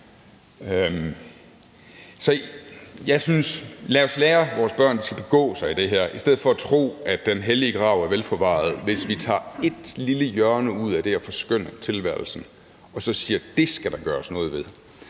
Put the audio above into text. Så lad os lære vores børn, at de skal begå sig i det her, i stedet for at tro, at den hellige grav er vel forvaret, hvis vi tager ét lille hjørne ud af det at forskønne tilværelsen og så siger, at det skal der gøres noget ved.